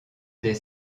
des